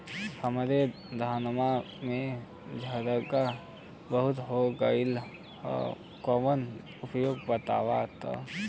हमरे धनवा में झंरगा बहुत हो गईलह कवनो उपाय बतावा?